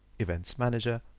events manager,